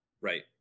Right